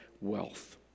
wealth